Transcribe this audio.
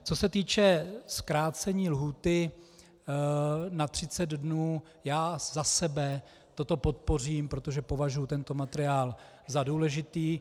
Co se týče zkrácení lhůty na 30 dnů, já za sebe toto podpořím, protože považuji tento materiál za důležitý.